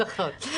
נכון.